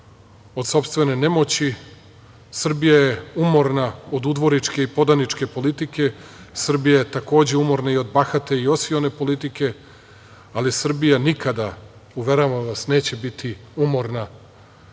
od sopstvene nemoći, Srbija je umorna od udvoričke u podaničke politike, Srbija je takođe umorna i od bahate i osione politike, ali Srbija nikada, uveravam vas, neće biti umorna